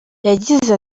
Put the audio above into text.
yagize